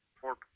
Four